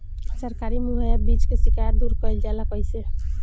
सरकारी मुहैया बीज के शिकायत दूर कईल जाला कईसे?